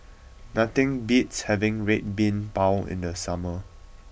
nothing beats having Red Bean Bao in the summer